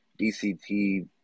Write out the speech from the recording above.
DCT